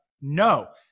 No